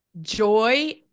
Joy